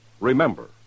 Remember